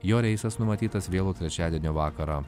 jo reisas numatytas vėlų trečiadienio vakarą